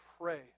pray